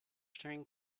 staring